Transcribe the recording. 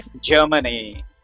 Germany